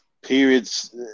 periods